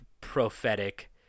prophetic